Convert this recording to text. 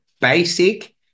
basic